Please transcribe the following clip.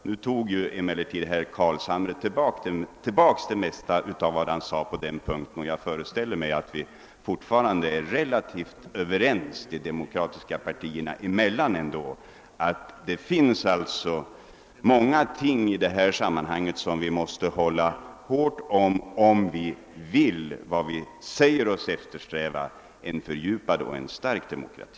Herr Carlshamre tog emellertid tillbaka det mesta av vad han sade på den punkten, och jag föreställer mig, att vi fortfarande är relativt överens — de demokratiska partierna emellan — att det finns många ting i detta sammanhang, som vi måste hålla fast vid, om vi verkligen vill vad vi säger oss eftersträva, nämligen en fördjupad och en stark demokrati.